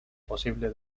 posible